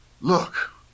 Look